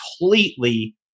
completely